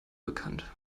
bekannt